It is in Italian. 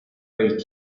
del